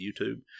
YouTube